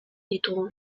ditugu